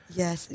yes